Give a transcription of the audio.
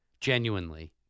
Genuinely